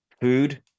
food